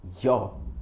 yo